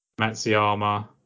Matsuyama